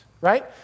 Right